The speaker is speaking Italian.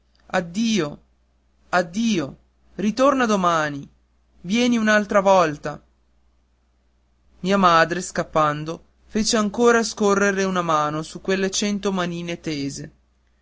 addio addio ritorna domani vieni un'altra volta mia madre scappando fece ancora scorrere una mano su quelle cento manine tese